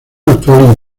actual